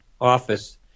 office